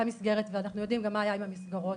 מסגרת ואנחנו יודעים מה היה עם המסגרות,